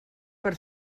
per